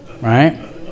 right